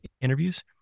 interviews